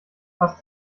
fasst